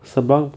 sembawang